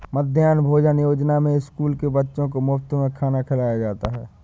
मध्याह्न भोजन योजना में स्कूल के बच्चों को मुफत में खाना खिलाया जाता है